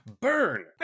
Burn